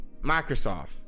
Microsoft